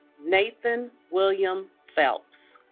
nathan william phelps